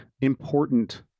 important